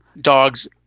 dogs